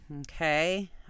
Okay